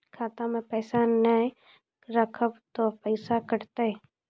खाता मे पैसा ने रखब ते पैसों कटते?